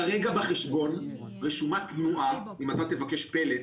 כרגע בחשבון, אם אתה תבקש פלט